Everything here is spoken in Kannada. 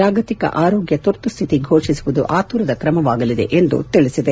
ಜಾಗತಿಕ ಆರೋಗ್ಯ ತುರ್ತು ಸ್ಟಿತಿ ಘೋಷಿಸುವುದು ಆತುರದ ಕ್ರಮವಾಗಲಿದೆ ಎಂದು ತಿಳಿಸಿದೆ